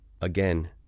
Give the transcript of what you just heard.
Again